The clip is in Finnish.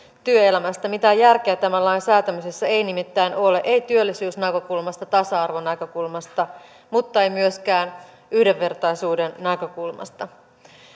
työelämästä mitään järkeä tämän lain säätämisessä ei nimittäin ole ei työllisyysnäkökulmasta tasa arvon näkökulmasta mutta ei myöskään yhdenvertaisuuden näkökulmasta